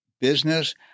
business